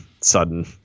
sudden